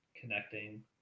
connecting